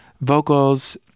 vocals